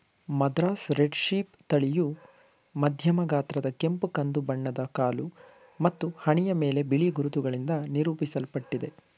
Madras red sheep ತಳಿಯು ಮಧ್ಯಮ ಗಾತ್ರದ ಕೆಂಪು ಕಂದು ಬಣ್ಣದ ಕಾಲು ಮತ್ತು ಹಣೆಯ ಮೇಲೆ ಬಿಳಿ ಗುರುತುಗಳಿಂದ ನಿರೂಪಿಸಲ್ಪಟ್ಟಿದೆ